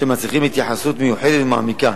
אשר מצריכים התייחסות מיוחדת ומעמיקה.